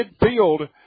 midfield